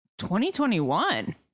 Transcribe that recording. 2021